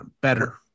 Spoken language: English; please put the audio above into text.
better